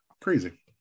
Crazy